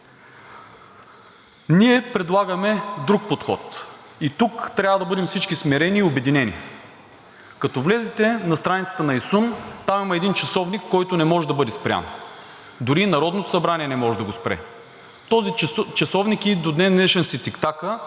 Ние предлагаме друг подход и тук трябва да бъдем всички смирени и обединени. Като влезете на страницата на ИСУН, там има един часовник, който не може да бъде спрян. Дори и Народното събрание не може да го спре. Този часовник и до ден днешен си тиктака.